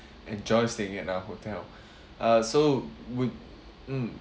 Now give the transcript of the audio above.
enjoy staying at our hotel uh so would mm